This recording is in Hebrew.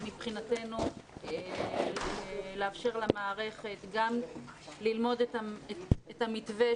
כדי לאפשר למערכת גם ללמוד את המתווה,